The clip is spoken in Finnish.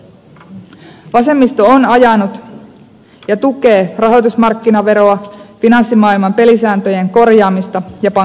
vasemmisto on ajanut ja tukee rahoitusmarkkinaveroa finanssimaailman pelisääntöjen korjaamista ja pankkiveroa